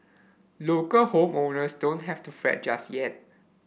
local home owners don't have to fret just yet